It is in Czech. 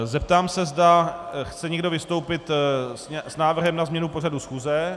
Zeptám se, zda chce někdo vystoupit s návrhem na změnu pořadu schůze.